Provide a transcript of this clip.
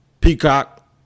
Peacock